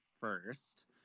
first